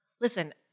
listen